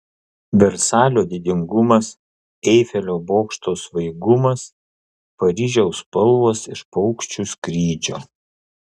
versalio didingumas eifelio bokšto svaigumas paryžiaus spalvos iš paukščių skrydžio